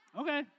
Okay